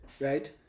right